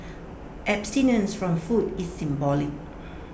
abstinence from food is symbolic